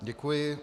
Děkuji.